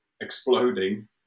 exploding